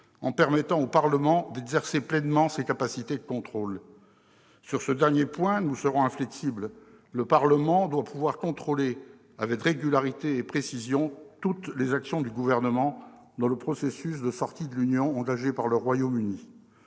en permettant au Parlement d'exercer pleinement ses capacités de contrôle. Sur ce dernier point, nous serons inflexibles. Le Parlement doit pouvoir contrôler avec régularité et précision toutes les actions du Gouvernement dans le processus de sortie de l'Union européenne qu'a engagé le Royaume-Uni.